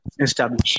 establish